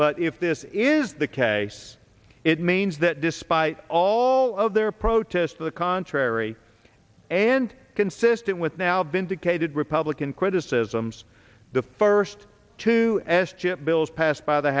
but if this is the case it means that despite all of their protests to the contrary and consistent with now vindicated republican criticisms the first two s chip bills passed by the